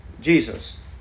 Jesus